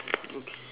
okay